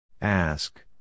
Ask